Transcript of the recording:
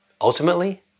ultimately